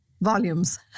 volumes